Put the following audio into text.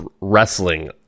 Wrestling